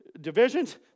Divisions